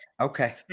Okay